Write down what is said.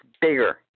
bigger